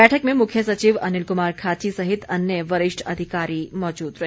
बैठक में मुख्य सचिव अनिल कुमार खाची सहित अन्य वरिष्ठ अधिकारी मौजूद रहे